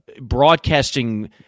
broadcasting –